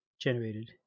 generated